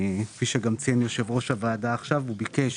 כפי שגם ציין יושב ראש הוועדה עכשיו, התבקש